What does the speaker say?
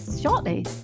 shortly